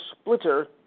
Splitter